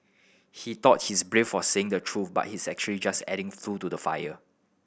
he thought he's brave for saying the truth but he's actually just adding fuel to the fire